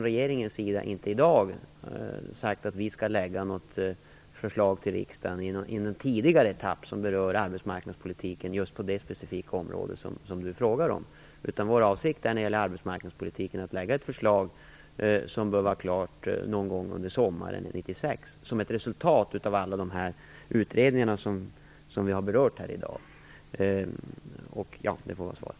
Regeringen har inte i dag sagt att vi skall lägga något förslag som berör arbetsmarknadspolitiken på just det specifika området till riksdagen i en tidigare etapp. Vår avsikt när det gäller arbetsmarknadspolitiken är att lägga ett förslag som bör vara klart någon gång under sommaren 1996 som ett resultat av alla de utredningar som vi har berört här i dag.